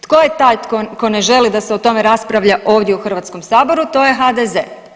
Tko je taj tko ne želi da se o tome raspravlja ovdje u Hrvatskom saboru to je HDZ.